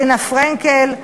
רינה פרנקל,